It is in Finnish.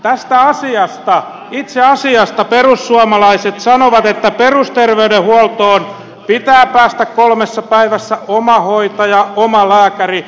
tästä itse asiasta perussuomalaiset sanovat että perusterveydenhuoltoon pitää päästä kolmessa päivässä on omahoitaja omalääkäri